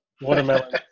watermelon